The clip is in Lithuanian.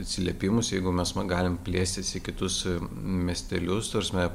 atsiliepimus jeigu mes galim plėstis į kitus miestelius ta prasme